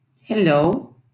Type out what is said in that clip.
hello